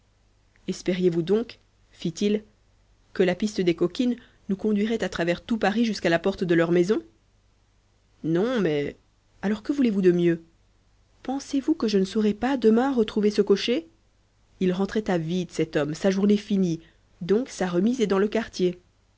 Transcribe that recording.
espériez vous donc fit-il que la piste des coquines nous conduirait à travers tout paris jusqu'à la porte de leur maison non mais alors que voulez-vous de mieux pensez-vous que je ne saurai pas demain retrouver ce cocher il rentrait à vide cet homme sa journée finie donc sa remise est dans le quartier